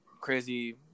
crazy